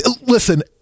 listen